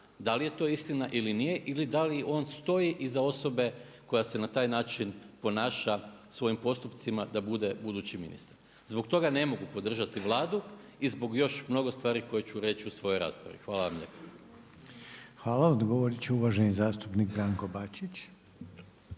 da li je to istina ili nije i da li on stoji iza osobe koja se na taj način ponaša, svojim postupcima da bude budući ministar. Zbog toga ne mogu podržati Vladu i zbog još mnogo stvari koje ću reći u svojoj raspravi. Hvala vam lijepa. **Reiner, Željko (HDZ)** Hvala. Odgovoriti će uvaženi zastupnik Branko Bačić.